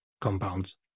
compounds